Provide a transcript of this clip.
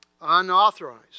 unauthorized